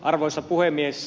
arvoisa puhemies